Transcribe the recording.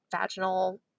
vaginal